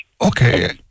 Okay